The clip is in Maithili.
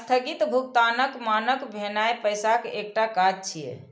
स्थगित भुगतानक मानक भेनाय पैसाक एकटा काज छियै